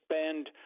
spend